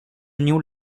new